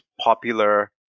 popular